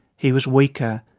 he was weaker,